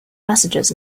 messages